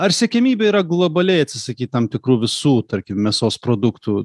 ar siekiamybė yra globaliai atsisakyt tam tikrų visų tarkim mėsos produktų